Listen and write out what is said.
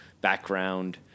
background